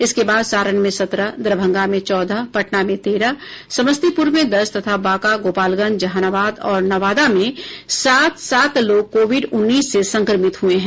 इसके बाद सारण में सत्रह दरभंगा में चौदह पटना में तेरह समस्तीपुर में दस तथा बांका गोपालगंज जहानाबाद और नवादा में सात सात लोग कोविड उन्नीस से संक्रमित हुए हैं